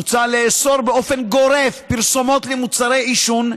מוצע לאסור באופן גורף פרסומות למוצרי עישון,